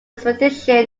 expedition